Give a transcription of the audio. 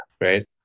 right